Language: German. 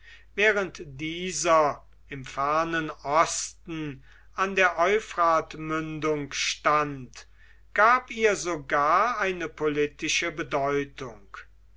während dieser im fernen osten an der euphratmündung stand gab ihr sogar eine politische bedeutung